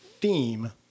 theme